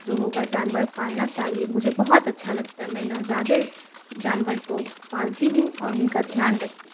جو ہوگا جانور پالنا چاہیے مجھے بہت اچھا لگتا ہے میں نوزائدہ جانور کو پالتی ہوں اور ان کا دھیان رکھتی ہوں